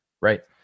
Right